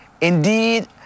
Indeed